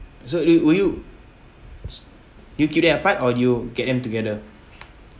so do you will you you keep them apart or do you get them together